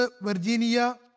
Virginia